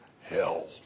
hell